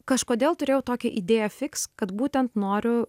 kažkodėl turėjau tokią idėją fiks kad būtent noriu